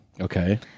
Okay